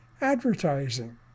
advertising